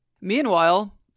Meanwhile